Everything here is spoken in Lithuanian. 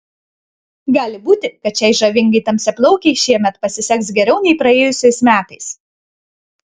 gali būti kad šiai žavingai tamsiaplaukei šiemet pasiseks geriau nei praėjusiais metais